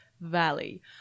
Valley